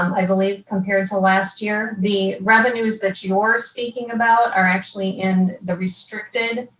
um i believe compared to last year. the revenues that you're speaking about are actually in the restricted,